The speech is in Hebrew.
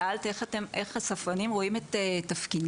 שאלת איך הספרנים רואים את תפקידם,